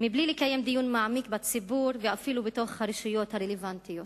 מבלי לקיים דיון מעמיק בציבור ואפילו בתוך הרשויות הרלוונטיות.